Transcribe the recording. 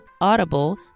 Audible